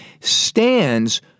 stands